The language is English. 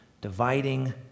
dividing